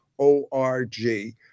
O-R-G